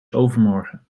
overmorgen